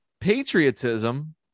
patriotism